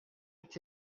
est